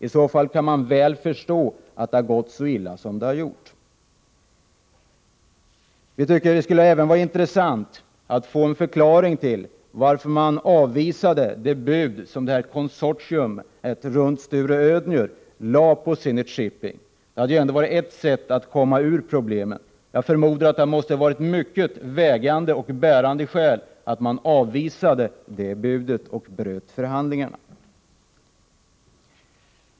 I så fall kan man förstå att det har gått så illa som det har gjort. Jag tycker även att det skulle vara intressant att få en förklaring till varför man avvisade det bud som konsortiet runt Sture Ödner lade på Zenit Shipping. Det hade ändå varit ett sätt att komma ifrån problemen. Jag förmodar att det måste ha varit mycket vägande och bärande skäl till att man avvisade det budet och bröt förhandlingarna.